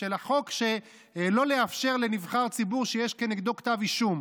החוק שלא לאפשר לנבחר ציבור שיש כנגדו כתב אישום,